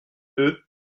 eux